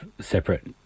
separate